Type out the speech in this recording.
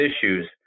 issues